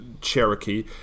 Cherokee